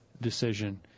decision